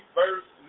verse